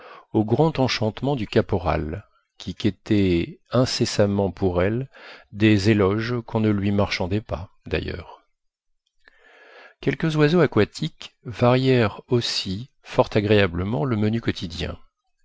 au grand enchantement du caporal qui quêtait incessamment pour elle des éloges qu'on ne lui marchandait pas d'ailleurs quelques oiseaux aquatiques varièrent aussi fort agréablement le menu quotidien